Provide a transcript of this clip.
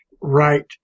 Right